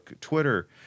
Twitter